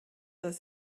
dass